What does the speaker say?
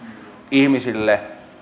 ihmisille